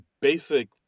basic